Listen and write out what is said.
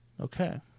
Okay